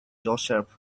joseph